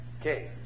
Okay